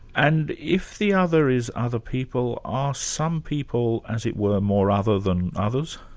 and if the other is other people, are some people, as it were, more other than others?